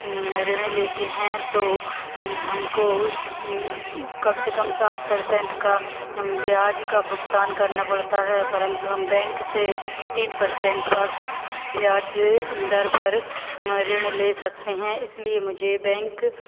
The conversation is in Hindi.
ऋण लेते हैं तो हमको कम से कम सात परसेंट का ब्याज का भुगतान करना पड़ता है परंतु हम बैंक से तीन परसेंट पर वार्षिक ब्याज दर पर ऋण ले सकते हैं इसलिए मुझे बैंक